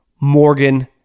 Morgan